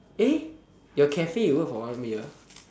eh your cafe you work for how many year